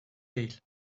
değil